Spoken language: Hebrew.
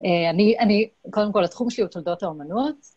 אני, קודם כל התחום שלי הוא תולדות האומנות.